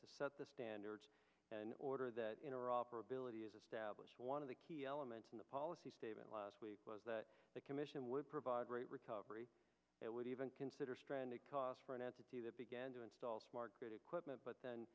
to set the standards in order that interoperability is established one of the key elements in the policy statement last week was that the commission would provide great recovery and would even consider stranded costs for an entity that began to install smart grid equipment but then